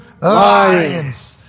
Lions